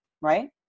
right